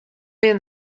bin